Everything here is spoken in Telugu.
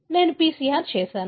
నేను PCR చేశాను